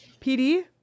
PD